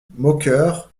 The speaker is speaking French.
moqueur